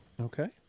okay